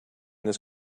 this